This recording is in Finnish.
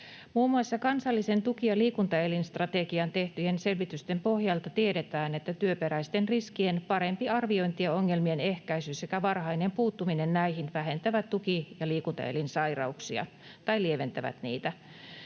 Muun muassa kansalliseen tuki‑ ja liikuntaelinstrategiaan tehtyjen selvitysten pohjalta tiedetään, että työperäisten riskien parempi arviointi ja ongelmien ehkäisy sekä varhainen puuttuminen näihin vähentävät tuki‑ ja liikuntaelinsairauksia tai lieventävät niitä.